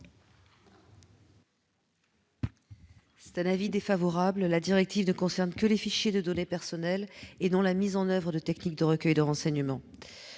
est l'avis de la commission ? La directive ne concerne que les fichiers de données personnelles et non la mise en oeuvre de techniques de recueil de renseignements.